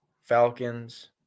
Falcons